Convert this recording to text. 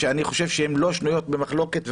שאני חושב שהן לא שנויות במחלוקת,